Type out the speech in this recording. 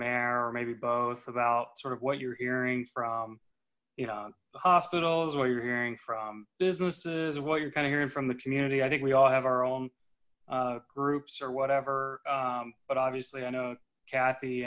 mayor or maybe both about sort of what you're hearing from you know hospitals what you're hearing from businesses what you're kind of hearing from the community i think we all have our own groups or whatever but obviously i know kathy